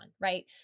right